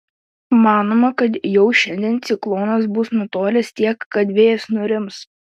manoma kad jau šiandien ciklonas bus nutolęs tiek kad vėjas nurims